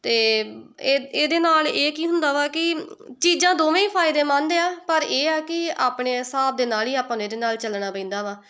ਅਤੇ ਇਹ ਇਹਦੇ ਨਾਲ ਇਹ ਕੀ ਹੁੰਦਾ ਵਾ ਕਿ ਚੀਜ਼ਾਂ ਦੋਵੇਂ ਫ਼ਾਇਦੇਮੰਦ ਆ ਪਰ ਇਹ ਆ ਕਿ ਆਪਣੇ ਹਿਸਾਬ ਦੇ ਨਾਲ ਹੀ ਆਪਾਂ ਨੂੰ ਇਹਦੇ ਨਾਲ ਚੱਲਣਾ ਪੈਂਦਾ ਵਾ